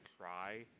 try